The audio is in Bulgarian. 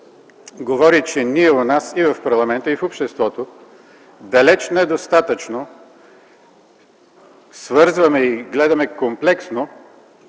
говори, че ние у нас – и в парламента, и в обществото, далеч недостатъчно свързваме и гледаме комплексно